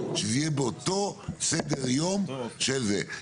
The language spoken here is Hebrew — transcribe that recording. שזה יהיה באותו סדר יום של זה,